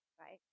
right